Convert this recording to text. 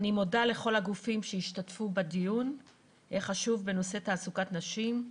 אני מודה לכל הגופים שהשתתפו בדיון החשוב בנושא תעסוקת נשים.